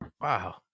Wow